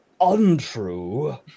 untrue